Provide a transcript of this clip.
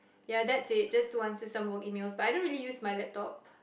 ya that's it just to once answer some work emails but I don't really use my laptop